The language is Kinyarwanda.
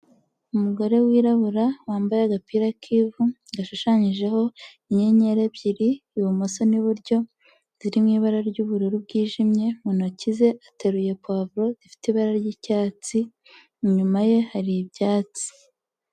Umugore wirabura wambaye agapira k'ivu, gashushanyijeho inyenyeri ebyiri, ibumoso n'iburyo, ziri mu ibara ry'ubururu bwijimye, mu ntoki ze ateruye pavuro zifite ibara ry'icyatsi, inyuma ye hari ibyatsi.